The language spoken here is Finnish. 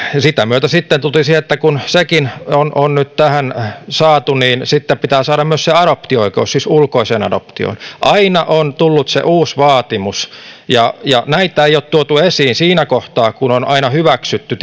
sen myötä sitten tultiin siihen että kun sekin on on nyt tähän saatu niin sitten pitää saada myös se adoptio oikeus siis ulkoiseen adoptioon aina on tullut se uusi vaatimus ja näitä ei ole tuotu esiin siinä kohtaa kun on hyväksytty